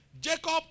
Jacob